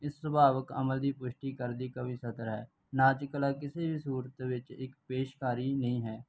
ਇਸ ਸੁਭਾਵਿਕ ਅਮਲ ਦੀ ਪੁਸ਼ਟੀ ਕਰਦੀ ਕਵੀ ਸਤਰ ਹੈ ਨਾਚ ਕਲਾ ਕਿਸੇ ਵੀ ਸੁਰਤ ਵਿੱਚ ਇੱਕ ਪੇਸ਼ਕਾਰੀ ਨਹੀਂ ਹੈ